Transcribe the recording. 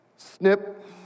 Snip